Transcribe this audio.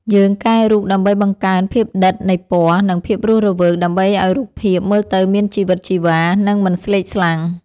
យើងកែរូបដើម្បីបង្កើន ភាពដិតនៃពណ៌ និង ភាពរស់រវើក ដើម្បីឱ្យរូបភាពមើលទៅមានជីវិតជីវ៉ា និងមិនស្លេកស្លាំង។